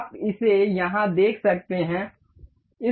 आप इसे यहां देख सकते हैं